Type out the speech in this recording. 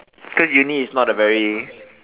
cause uni is not a very